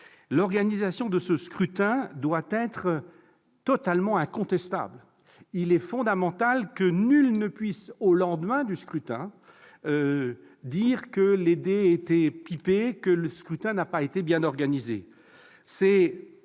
L'organisation de ce référendum doit être totalement incontestable. Il est fondamental que nul ne puisse, au lendemain du scrutin, dire que les dés étaient pipés, que le scrutin n'a pas été bien organisé.